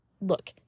Look